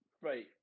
right